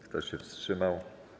Kto się wstrzymał?